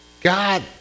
God